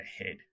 ahead